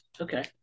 Okay